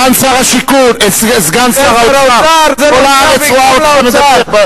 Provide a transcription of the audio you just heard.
סגן שר האוצר, כל הארץ רואה אותך מדבר.